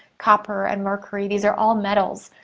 copper and mercury, these are all metals.